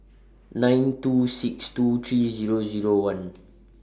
nine two six two three Zero Zero one